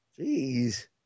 Jeez